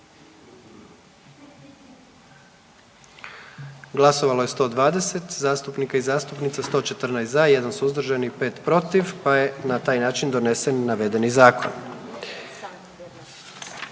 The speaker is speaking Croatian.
glasovalo 123 zastupnika i zastupnica, 114 za, 3 suzdržana i 6 protiv te je na taj način donesen Zakon